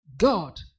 God